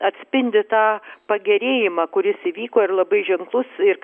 atspindi tą pagerėjimą kuris įvyko ir labai ženklus ir